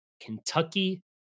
Kentucky